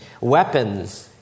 weapons